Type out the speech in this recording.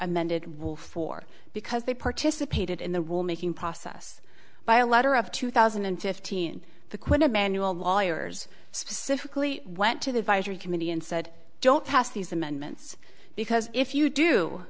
amended rule for because they participated in the will making process by a letter of two thousand and fifteen the quid emmanuel lawyers specifically went to the advisory committee and said don't pass these amendments because if you do